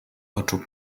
oczu